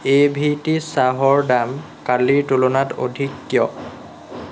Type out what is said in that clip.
এ' V T চাহৰ দাম কালিৰ তুলনাত অধিক কিয়